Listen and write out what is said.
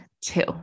two